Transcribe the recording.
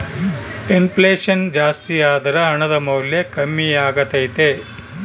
ಇನ್ ಫ್ಲೆಷನ್ ಜಾಸ್ತಿಯಾದರ ಹಣದ ಮೌಲ್ಯ ಕಮ್ಮಿಯಾಗತೈತೆ